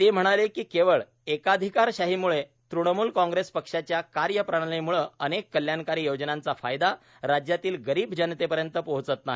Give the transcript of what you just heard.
ते म्हणाले कि केवळ एकाधिकारशाही मुळे तृणमूल कांग्रेस पक्षाच्या कार्यप्रणालीम्ळं अनेक कल्याणकारी योजनांचा फायदा राज्यातील गरीब जनतेपर्यंत पोहचत नाही